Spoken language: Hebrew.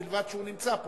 ובלבד שהוא נמצא פה.